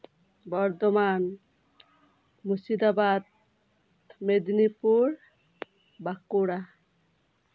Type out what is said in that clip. Bardhaman Murshidabad Medinipur Bankura